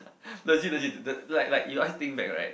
legit legit the the like like you ask think back right